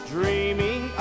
Dreaming